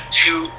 two